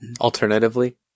Alternatively